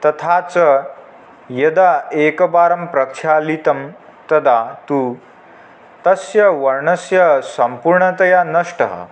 तथा च यदा एकवारं प्रक्षालितं तदा तु तस्य वर्णस्य सम्पूर्णतया नष्टः